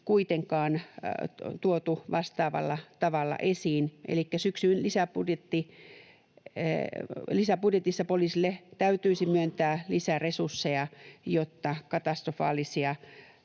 kuitenkaan tuotu vastaavalla tavalla esiin, elikkä syksyn lisäbudjetissa poliisille täytyisi myöntää lisäresursseja, jotta katastrofaalisia